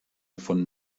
von